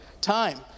time